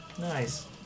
Nice